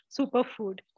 superfood